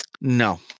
No